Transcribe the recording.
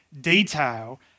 detail